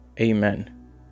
Amen